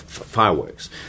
Fireworks